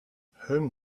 home